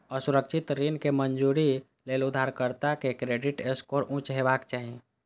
असुरक्षित ऋणक मंजूरी लेल उधारकर्ता के क्रेडिट स्कोर उच्च हेबाक चाही